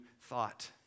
thought